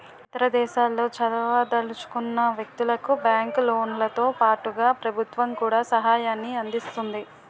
ఇతర దేశాల్లో చదవదలుచుకున్న వ్యక్తులకు బ్యాంకు లోన్లతో పాటుగా ప్రభుత్వం కూడా సహాయాన్ని అందిస్తుంది